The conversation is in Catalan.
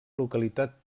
localitat